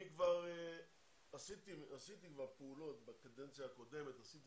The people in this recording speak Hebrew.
אני כבר עשיתי פעולות בקדנציה הקודמות עשיתי